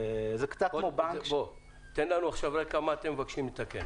מה אתם מבקשים לתקן?